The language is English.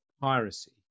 piracy